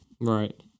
Right